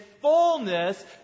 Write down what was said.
fullness